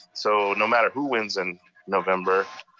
so no matter who wins in november,